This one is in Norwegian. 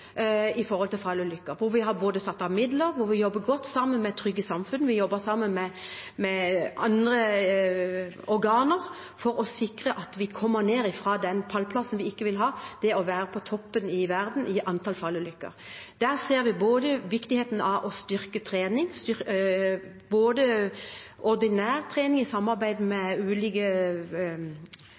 hvor vi har satt av midler, og hvor vi jobber godt sammen med Trygge lokalsamfunn og med andre organer, for å sikre at vi kommer ned fra den pallplassen vi ikke vil ha, på verdenstoppen i antall fallulykker. Vi ser viktigheten av trening, både ordinær trening i samarbeid med ulike